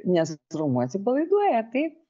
nes raumuo atsipalaiduoja taip